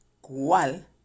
¿Cuál